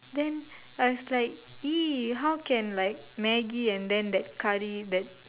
then I was like !ee! how can like Maggi and then that curry that